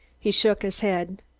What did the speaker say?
he shook his head.